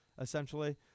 essentially